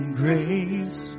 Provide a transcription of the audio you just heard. grace